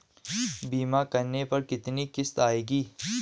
बीमा करने पर कितनी किश्त आएगी?